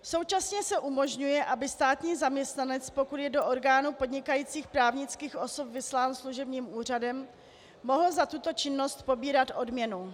Současně se umožňuje, aby státní zaměstnanec, pokud je do orgánu podnikajících právnických osob vyslán služebním úřadem, mohl za tuto činnost pobírat odměnu.